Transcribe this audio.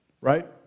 right